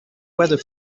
weather